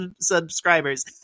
subscribers